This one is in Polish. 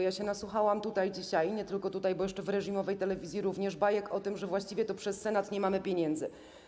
Ja się nasłuchałam tutaj dzisiaj - nie tylko tutaj, bo w reżimowej telewizji również - bajek o tym, że właściwie to przez Senat nie mamy pieniędzy.